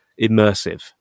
immersive